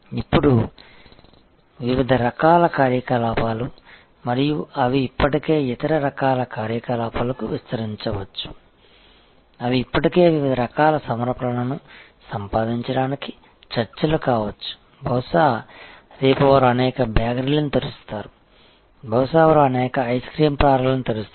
ఇప్పుడు ఇవి వివిధ రకాల కార్యకలాపాలు మరియు అవి ఇప్పటికే ఇతర రకాల కార్యకలాపాలకు విస్తరిస్తుండవచ్చు అవి ఇప్పటికే వివిధ రకాల సమర్పణలను సంపాదించడానికి చర్చలు కావచ్చు బహుశా రేపు వారు అనేక బేకరీ లను తెరుస్తారు బహుశా వారు అనేక ఐస్ క్రీమ్ పార్లర్లు తెరుస్తారు